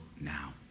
now